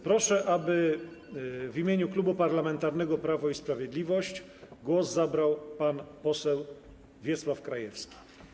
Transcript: Proszę, aby w imieniu Klubu Parlamentarnego Prawo i Sprawiedliwość głos zabrał pan poseł Wiesław Krajewski.